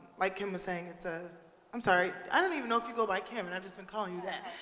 like kim was saying, it's a i'm sorry. i don't even know if you go by kim, and i've just been calling that.